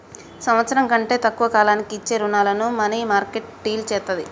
సంవత్సరం కంటే తక్కువ కాలానికి ఇచ్చే రుణాలను మనీమార్కెట్ డీల్ చేత్తది